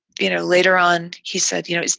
you know, later on, he said, you know.